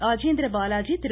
Rajendra Balaji Thiru